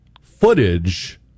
footage